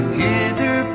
hither